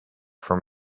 from